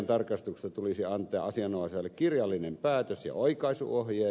lihantarkastuksesta tulisi antaa asianomaiselle kirjallinen päätös ja oikaisuohjeet